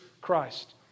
Christ